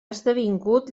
esdevingut